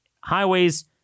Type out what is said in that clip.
highways